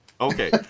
okay